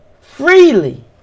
freely